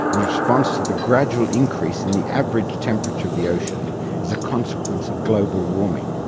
in response to the gradual increase in the average temperature of the ocean as a consequence of global warming.